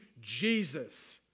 Jesus